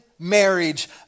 marriage